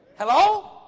Hello